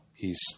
Peace